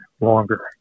longer